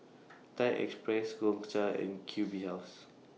Thai Express Gongcha and Q B House